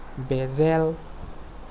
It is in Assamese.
বেজেল